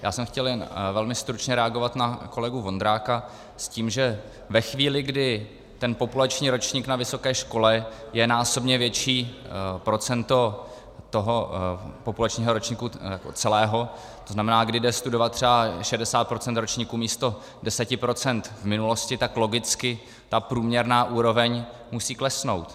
Já jsem chtěl jen velmi stručně reagovat na kolegu Vondráka s tím, že ve chvíli, kdy ten populační ročník na vysoké škole je násobně větší procento toho populačního ročníku celého, to znamená, kdy jde studovat třeba 60 % ročníku místo 10 % v minulosti, tak logicky ta průměrná úroveň musí klesnout.